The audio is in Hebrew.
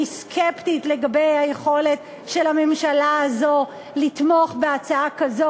אני סקפטית לגבי היכולת של הממשלה הזו לתמוך בהצעה כזו,